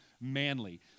Manly